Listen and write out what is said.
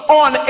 on